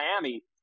Miami